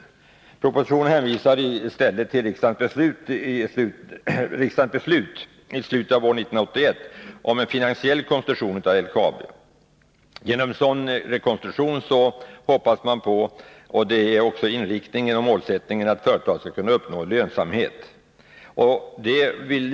I propositionen hänvisar man i stället till riksdagens beslut om en finansiell Fredagen den målsättningen är att företaget genom en sådan rekonstruktion skall kunna 11 juni 1982 uppnå lönsamhet. Herr talman!